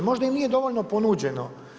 Možda im nije dovoljno ponuđeno.